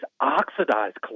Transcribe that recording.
oxidized